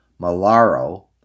Malaro